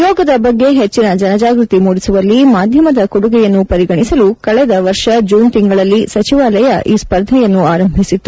ಯೋಗದ ಬಗ್ಗೆ ಹೆಚ್ವಿನ ಜನಜಾಗೃತಿ ಮೂಡಿಸುವಲ್ಲಿ ಮಾಧ್ಯಮದ ಕೊಡುಗೆಯನ್ನು ಪರಿಗಣಿಸಲು ಕಳೆದ ವರ್ಷ ಜೂನ್ ತಿಂಗಳಲ್ಲಿ ಸಚಿವಾಲಯ ಈ ಸ್ಪರ್ಧೆಯನ್ನು ಆರಂಭಿಸಿತ್ತು